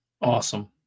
Awesome